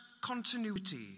continuity